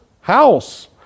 house